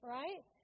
right